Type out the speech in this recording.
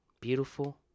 beautiful